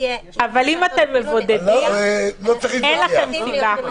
אבל אם אתם מבודדים, אין לכם סיבה.